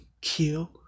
kill